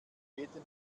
jeden